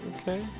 okay